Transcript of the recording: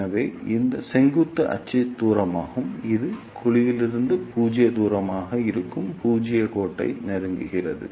எனவே இந்த செங்குத்து அச்சு தூரமாகும் இது குழிவிலிருந்து பூஜ்ஜிய தூரமாக இருக்கும் பூஜ்ஜிய கோட்டை குறிக்கிறது